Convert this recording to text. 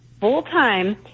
full-time